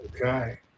Okay